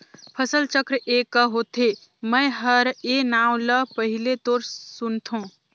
फसल चक्र ए क होथे? मै हर ए नांव ल पहिले तोर सुनथों